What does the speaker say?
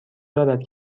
دارد